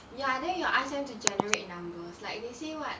ya then you ask them to generate numbers like they say what